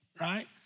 right